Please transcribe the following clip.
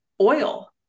oil